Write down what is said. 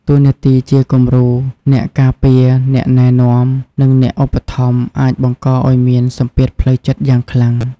តួនាទីជាគំរូ អ្នកការពារ អ្នកណែនាំ និងអ្នកឧបត្ថម្ភ អាចបង្កឱ្យមាន សម្ពាធផ្លូវចិត្តយ៉ាងខ្លាំង។